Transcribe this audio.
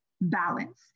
balance